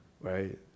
right